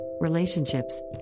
relationships